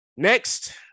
Next